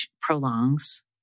prolongs